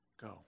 go